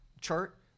chart